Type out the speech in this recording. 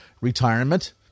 retirement